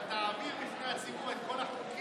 אבל תעביר לפני הציבור את כל החוקים,